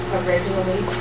originally